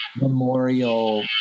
memorial